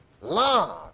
love